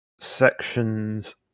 sections